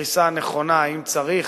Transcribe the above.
הפריסה הנכונה, האם צריך